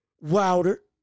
Wilder